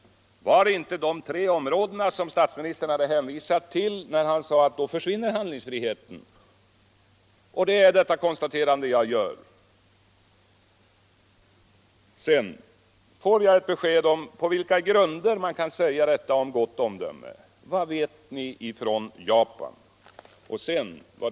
Var det inte dessa tre områden som statsministern hänvisade till när han sade att handlingsfriheten försvinner? Det är det konstaterandet jag gör. Jag vill sedan ha ett besked om på vilka grunder man kan säga detta om gott omdöme. Vad vet ni om erfarenheterna i Japan?